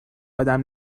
ادم